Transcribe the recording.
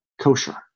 kosher